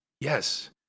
Yes